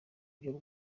by’u